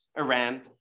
Iran